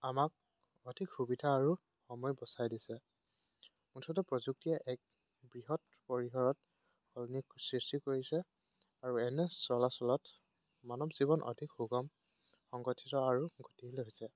আমাক অধিক সুবিধা আৰু সময় বচাই দিছে মুঠতে প্ৰযুক্তিয়ে এক বৃহৎ পৰিসৰত সলনিৰ সৃষ্টি কৰিছে আৰু এনে চলাচলত মানৱ জীৱন অধিক সুগম সংগঠিত আৰু গতিশীল হৈছে